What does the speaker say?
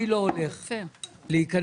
אני לא הולך להיכנס,